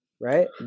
right